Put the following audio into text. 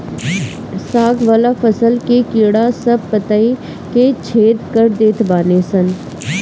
साग वाला फसल के कीड़ा सब पतइ के छेद कर देत बाने सन